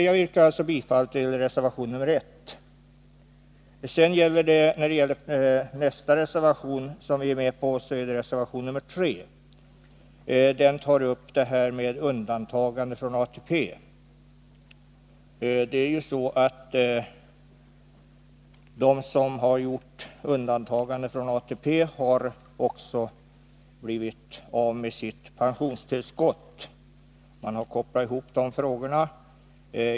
Jag yrkar bifall till reservation 1. Nästa reservation som vi är med på är reservation 3. I den tas upp frågan om undantagande från ATP. Vid undantagande från ATP har pensionären blivit av med sitt pensionstillskott. Man har kopplat ihop dessa två saker.